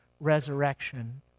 resurrection